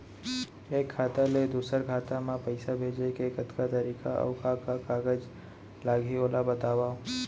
एक खाता ले दूसर खाता मा पइसा भेजे के कतका तरीका अऊ का का कागज लागही ओला बतावव?